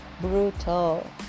brutal